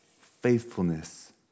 faithfulness